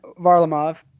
Varlamov